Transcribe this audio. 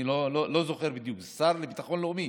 אני לא זוכר בדיוק, זה שר לביטחון לאומי?